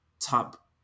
top